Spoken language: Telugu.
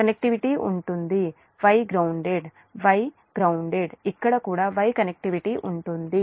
కనెక్టివిటీ ఉంటుంది Y గ్రౌన్దేడ్ Y గ్రౌండెడ్ ఇక్కడ కూడా Y కనెక్టివిటీ ఉంటుంది